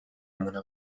مونه